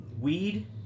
weed